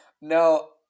no